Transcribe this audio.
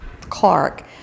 Clark